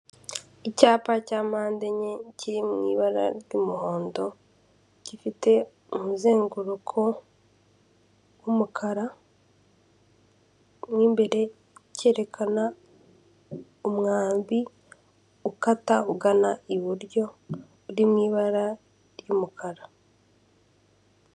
Icyapa cya apande enye ki mu ibara ry'umuhondo gifite umuzenguruko w'umukara mo imbere cyerekana umwambi ukata ugana iburyo uri mu ibara ry'umukara.